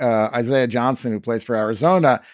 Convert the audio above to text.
isaiah johnson, who plays for arizona,